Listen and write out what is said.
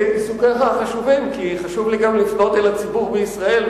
את עיסוקיך החשובים כי חשוב לי גם לפנות אל הציבור בישראל.